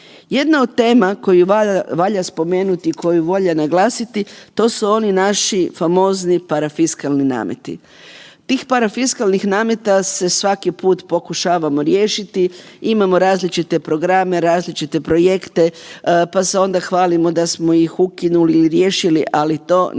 Jedna od tema koju valja spomenuti i koju valja naglasiti, to su oni naši famozni parafiskalni nameti. Tih parafiskalnih nameta se svaki put pokušavamo riješiti, imamo različite programe, različite projekte, pa se onda hvalimo da smo ih ukinuli ili riješili, ali to nismo